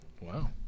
Wow